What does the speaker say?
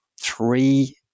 three